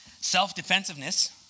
Self-defensiveness